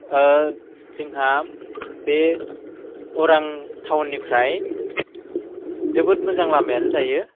जोंहा बे अरां थाउननिफ्राय जोबोद मोजां लामायानो दायो